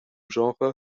genre